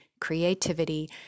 creativity